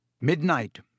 Midnight